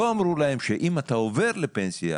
לא אמרו להם שאם אתה עובר לפנסיה